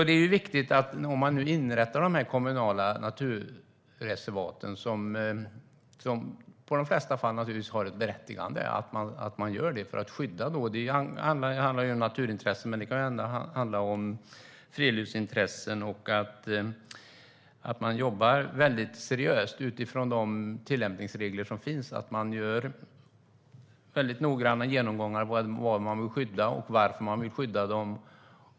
Det är alltså viktigt att man om man nu inrättar dessa kommunala naturreservat, som i de flesta fall naturligtvis har ett berättigande, gör det för att skydda. Det handlar ju om naturintressen, men det kan även handla om friluftsintressen och om att jobba väldigt seriöst utifrån de tillämpningsregler som finns så att man gör noggranna genomgångar av vad man vill skydda och varför man vill skydda det.